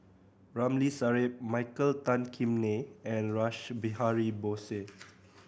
Ramli Sarip Michael Tan Kim Nei and Rash Behari Bose